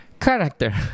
character